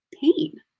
pain